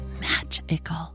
magical